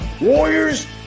Warriors